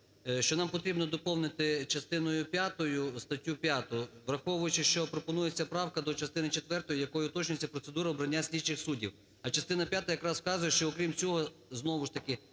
що нам потрібно доповнити частиною п'ятою статтю 5, враховуючи, що пропонується правка до частини четвертої, якою уточнюється процедура обрання слідчих суддів, а частина п'ята якраз вказує, що окрім цього, знову ж таки,